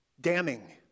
Damning